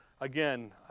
again